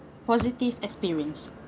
positive experience